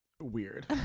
weird